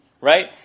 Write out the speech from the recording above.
right